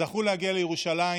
זכו להגיע לירושלים,